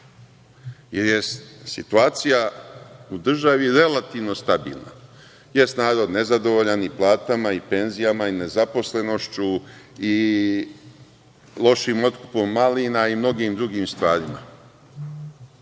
jer je situacija u državi relativno stabilna, jeste narod nezadovoljan i platama i penzijama i nezaposlenošću i lošim otkupom malina i mnogim drugim stvarima,